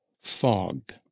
fog